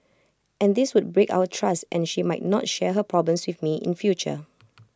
and this would break our trust and she might not share her problems with me in future